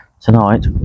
Tonight